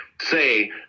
say